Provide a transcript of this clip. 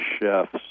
chefs